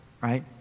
right